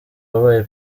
wabaye